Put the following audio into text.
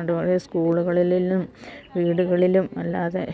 അതുപോലെ സ്കൂളുകളിലും വീടുകളിലും അല്ലാതെ